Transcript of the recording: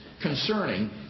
concerning